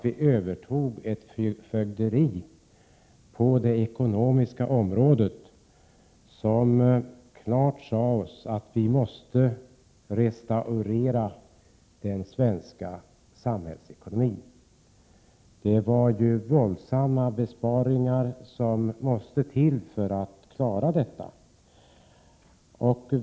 Vi övertog ju ett fögderi på det ekonomiska området som klart sade oss att vi måste restaurera den svenska samhällsekonomin. Det var våldsamma besparingar som måste till för att klara det.